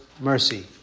mercy